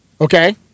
Okay